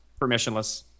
permissionless